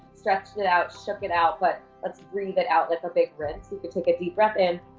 stretched it out, shook it out, but let's breathe it out like a big rinse. you can take a deep breath in,